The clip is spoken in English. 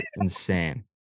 Insane